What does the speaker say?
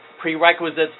prerequisites